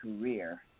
career